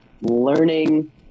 learning